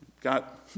got